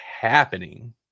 happening